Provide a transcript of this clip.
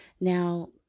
Now